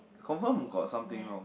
confirm got something wrong